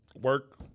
Work